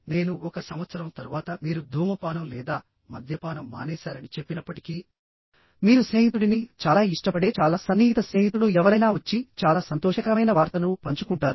నేను ఒక సంవత్సరం తరువాత మీరు ధూమపానం లేదా మద్యపానం మానేశారని చెప్పినప్పటికీ మీరు స్నేహితుడిని చాలా ఇష్టపడే చాలా సన్నిహిత స్నేహితుడు ఎవరైనా వచ్చి చాలా సంతోషకరమైన వార్తను పంచుకుంటారు